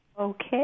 Okay